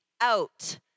out